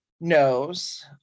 knows